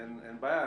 אין בעיה.